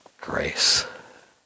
grace